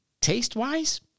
taste-wise